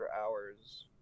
hours